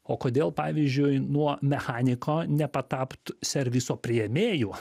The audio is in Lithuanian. o kodėl pavyzdžiui nuo mechaniko nepatapt serviso priėmėju